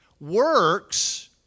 Works